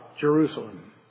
Jerusalem